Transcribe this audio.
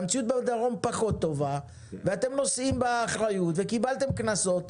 והמציאות בדרום פחות טובה ואתם נושאים באחריות וקיבלתם קנסות,